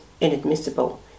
inadmissible